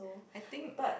I think